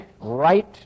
right